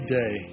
day